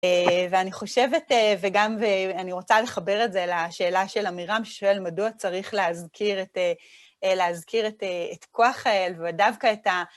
ואני חושבת, וגם, ואני רוצה לחבר את זה לשאלה של אמירם, ששואל מדוע צריך להזכיר את, להזכיר את, את כוח האל, ודווקא את ה...